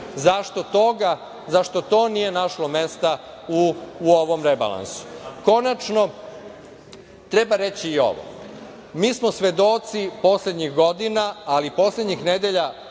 Zašto to nije našlo mesta u ovom rebalansu? Konačno, treba reći i ovo. Mi smo svedoci poslednjih godina, ali i poslednjih nedelja,